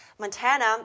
Montana